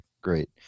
great